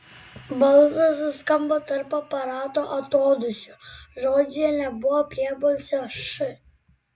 balsas suskambo tarp aparato atodūsių žodyje nebuvo priebalsio š